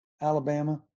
alabama